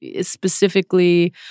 specifically